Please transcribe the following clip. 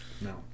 no